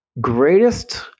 greatest